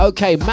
Okay